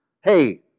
hey